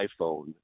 iPhone